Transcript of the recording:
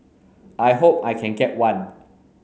I hope I can get one